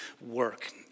work